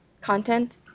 content